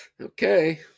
Okay